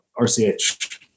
RCH